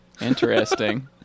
Interesting